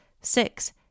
Six